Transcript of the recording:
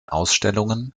ausstellungen